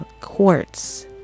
quartz